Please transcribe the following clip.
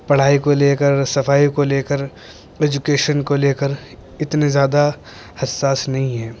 پڑھائی کو لے کر صفائی کو لے کر ایجوکیشن کو لے کر اتنے زیادہ حساس نہیں ہے